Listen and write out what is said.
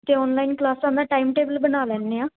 ਅਤੇ ਔਨਲਾਈਨ ਕਲਾਸਾਂ ਦਾ ਟਾਈਮ ਟੇਬਲ ਬਣਾ ਲੈਂਦੇ ਹਾਂ